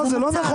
לא, זה לא נכון.